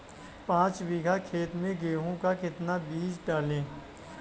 पाँच बीघा खेत में गेहूँ का कितना बीज डालें?